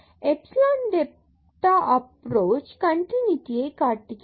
epsilon delta approach கன்டினுடியை காட்டுகிறது